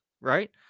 right